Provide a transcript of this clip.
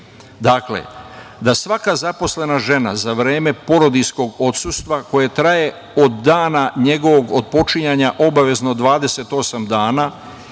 dakle, da svaka zaposlena žena za vreme porodiljskog odsustva koje traje od dana njegovog otpočinjanja obavezno 28 dana,